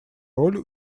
роль